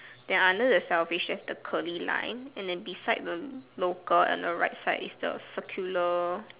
then under the shellfish you have the curly line then beside the local and the right side is the circular